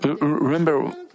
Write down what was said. remember